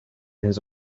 his